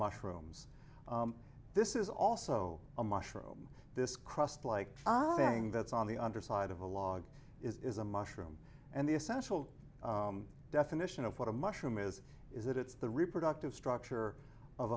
mushrooms this is also a mushroom this crust like thing that's on the underside of a log is a mushroom and the essential definition of what a mushroom is is that it's the reproductive